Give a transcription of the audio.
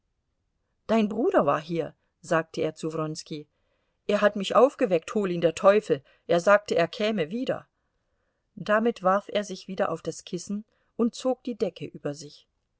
dein bruder war hier sagte er zu wronski er hat mich aufgeweckt hol ihn der teufel er sagte er käme wieder damit warf er sich wieder auf das kissen und zog die decke über sich